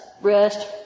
rest